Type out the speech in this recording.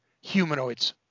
humanoids